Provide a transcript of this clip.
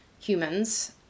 humans